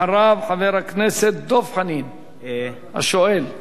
אחריו, חבר הכנסת דב חנין, השואל.